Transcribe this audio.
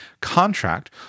contract